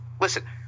Listen